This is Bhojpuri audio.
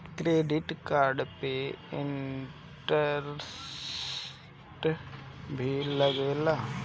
क्रेडिट कार्ड पे इंटरेस्ट भी लागेला?